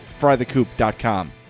frythecoop.com